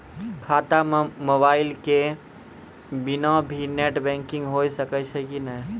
खाता म मोबाइल के बिना भी नेट बैंकिग होय सकैय छै कि नै?